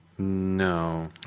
No